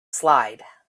slide